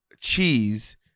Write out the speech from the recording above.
cheese